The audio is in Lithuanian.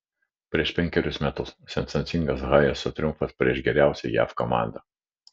prieš penkerius metus sensacingas hayeso triumfas prieš geriausią jav komandą